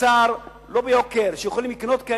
בשר לא ביוקר, שיכולים לקנות,